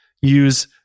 use